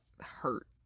hurt